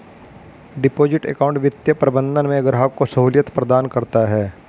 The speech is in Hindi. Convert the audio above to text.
डिपॉजिट अकाउंट वित्तीय प्रबंधन में ग्राहक को सहूलियत प्रदान करता है